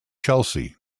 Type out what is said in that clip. chelsea